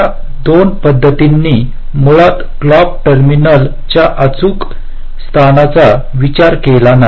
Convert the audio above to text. या 2 पद्धतींनी मुळात क्लॉक टर्मिनल च्या अचूक स्थानाचा विचार केला नाही